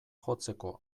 jotzeko